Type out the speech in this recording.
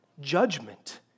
judgment